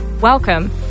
Welcome